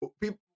people